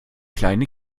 kleine